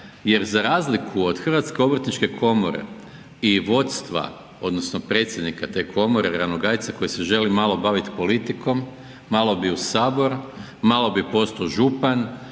jer za razliku od HOK-a i vodstva, odnosno predsjednika te komore Ranogajca koji se želi malo baviti politikom, malo bi u Sabor, malo bi postao župan